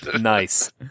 Nice